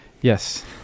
Yes